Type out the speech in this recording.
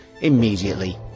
immediately